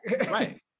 Right